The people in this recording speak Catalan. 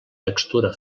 textura